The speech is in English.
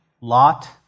Lot